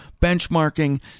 benchmarking